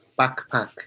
backpack